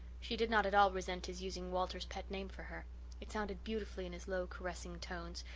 she did not at all resent his using walter's pet name for her it sounded beautifully in his low caressing tones,